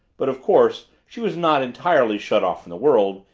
but of course she was not entirely shut off from the world,